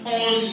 on